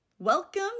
Welcome